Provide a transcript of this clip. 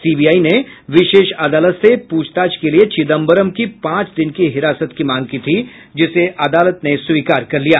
CBI ने विशेष अदालत से पूछताछ के लिए चिदंबरम की पांच दिन की हिरासत की मांग की थी जिसे अदालत ने स्वीकार कर लिया